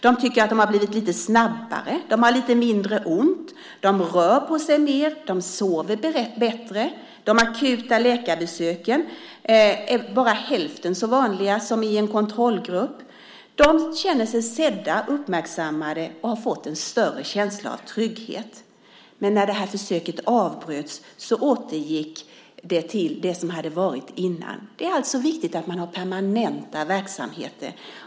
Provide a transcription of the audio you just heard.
De tycker att de har blivit lite snabbare, att de har lite mindre ont, att de rör på sig mer och att de sover bättre. De akuta läkarbesöken är bara hälften så vanliga som i en kontrollgrupp. De känner sig sedda, uppmärksammade och har fått en större känsla av trygghet. Men när försöket avbröts återgick det till hur det hade varit innan. Det är alltså viktigt att ha permanenta verksamheter.